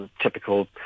typical